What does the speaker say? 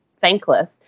thankless